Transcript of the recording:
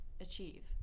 achieve